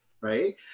right